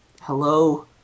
Hello